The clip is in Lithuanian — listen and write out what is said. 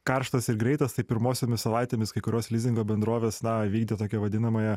karštas ir greitas tai pirmosiomis savaitėmis kai kurios lizingo bendrovės na vykdė tokią vadinamąją